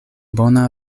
bona